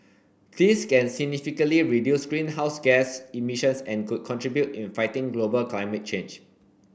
this can significantly reduce greenhouse gas emissions and could contribute in fighting global climate change